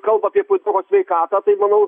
kalba apie puidoko sveikatą tai manau